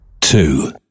two